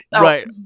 Right